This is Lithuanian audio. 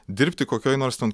dirbti kokioj nors ten